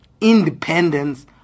independence